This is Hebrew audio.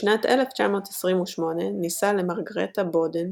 בשנת 1928 נישא למרגרטה בודן,